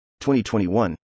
2021